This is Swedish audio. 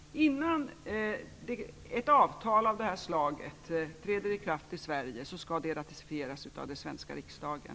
Herr talman! Innan ett avtal av detta slag träder i kraft i Sverige skall det självfallet ratificeras av den svenska riksdagen.